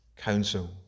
council